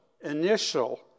initial